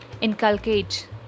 inculcate